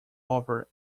offer